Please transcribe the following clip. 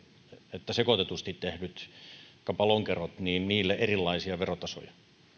että sekoitetusti tehdyt juomat vaikkapa lonkerot luoda erilaisia verotasoja